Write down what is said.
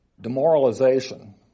demoralization